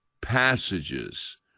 passages